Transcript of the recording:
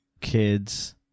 Kids